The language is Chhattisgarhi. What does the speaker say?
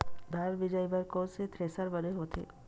धान मिंजई बर कोन से थ्रेसर बने होथे?